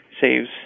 saves